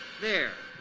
there.